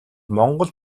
монгол